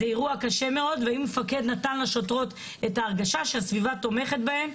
זה אירוע קשה מאוד ואם מפקד נתן לשוטרות את ההרגשה שהסביבה תומכת בהן,